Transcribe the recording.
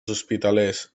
hospitalers